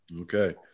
Okay